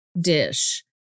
dish